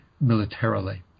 militarily